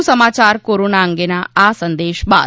વધુ સમાચાર કોરોના અંગેના આ સંદેશ બાદ